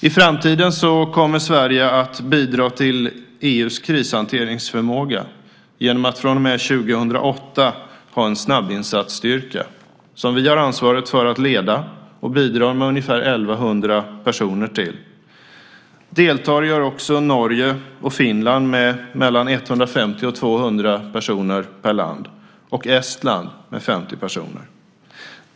I framtiden kommer Sverige att bidra till EU:s krishanteringsförmåga genom att från och med år 2008 ha en snabbinsatsstyrka som vi har ansvaret för att leda och som vi bidrar till med ungefär 1 100 personer. Deltar gör också Norge och Finland med 150-200 personer per land. Estland bidrar med 50 personer.